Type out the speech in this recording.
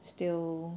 still